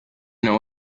know